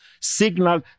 signal